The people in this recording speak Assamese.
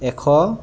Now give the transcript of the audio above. এশ